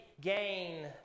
Gain